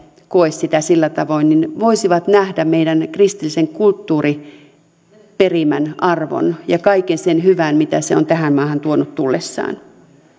koe sitä sillä tavoin voisivat nähdä meidän kristillisen kulttuuriperimän arvon ja kaiken sen hyvän mitä se on tähän maahan tuonut tullessaan